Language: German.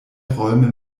räume